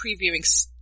previewing